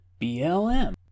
BLM